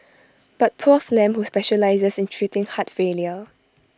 but Prof Lam who specialises in treating heart failure